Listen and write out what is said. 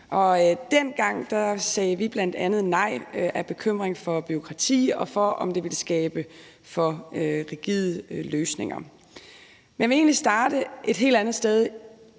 dengang sagde vi bl.a. nej af bekymring for bureaukrati og for, om det ville skabe for rigide løsninger. Jeg vil egentlig starte et helt andet sted,